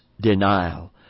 denial